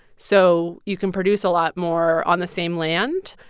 so you can produce a lot more on the same land.